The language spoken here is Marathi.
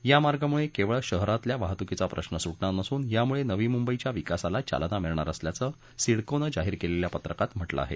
या मार्गामुळे केवळ शहरातल्या वाहतुकीचा प्रश्न सुटणार नसून यामुळे नवी मुंबईच्या विकासाला चालना मिळणार असल्याचं सिडकोनं जाहीर केलेल्या पत्रकात म्हटलं आहे